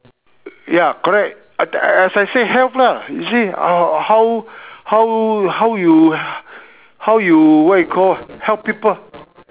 ya correct I I as I say health lah you see how how how you how you what you call help people